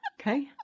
Okay